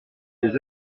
les